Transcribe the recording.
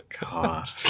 God